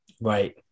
right